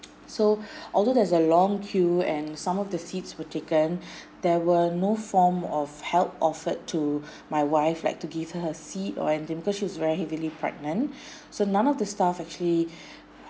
so although there's a long queue and some of the seats were taken there were no form of help offered to my wife like to give her a seat or anything because she was very heavily pregnant so none of the staff actually